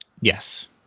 Yes